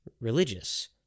religious